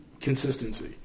consistency